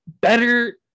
better